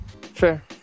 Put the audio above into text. Fair